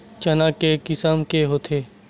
चना के किसम के होथे?